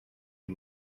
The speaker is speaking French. les